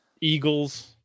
Eagles